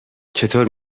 چطور